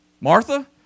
Martha